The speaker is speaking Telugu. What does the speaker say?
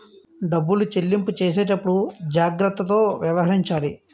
డబ్బులు చెల్లింపు చేసేటప్పుడు జాగ్రత్తతో వ్యవహరించాలి